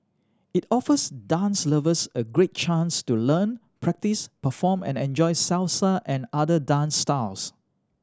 it offers dance lovers a great chance to learn practice perform and enjoy Salsa and other dance styles